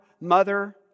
mother